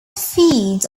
feeds